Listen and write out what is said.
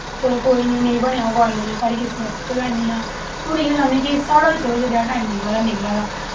चलो कोई निं नेईं बनेआ कालेज साढ़ी किस्मत च गै नेईं हा हून चांह्न्ने आं साढ़ा ते चलो जनेहा टाईम निकला दा निकला दा